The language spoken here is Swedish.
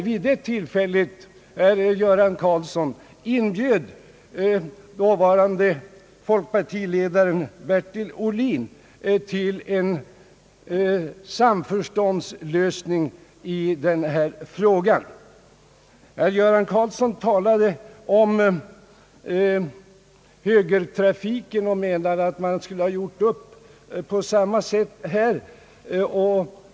Vid det tillfället, herr Göran Karlsson, inbjöd dåvarande folkpartiledaren Bertil Ohlin till en samförståndslösning i denna fråga. Herr Göran Karlsson talade om högertrafiken och menade att man borde ha gjort upp på samma sätt i den här frågan.